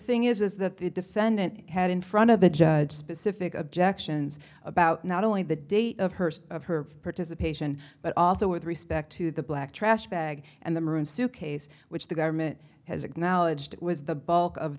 thing is that the defendant had in front of the judge specific objections about not only the date of her of her participation but also with respect to the black trash bag and the maroon suitcase which the government has acknowledged was the bulk of